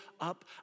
up